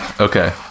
Okay